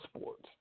sports